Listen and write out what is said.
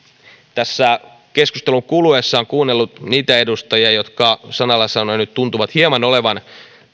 tässä keskustelun kuluessa on kuunnellut niitä edustajia jotka sanalla sanoen tuntuvat nyt hieman olevan